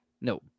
No